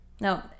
No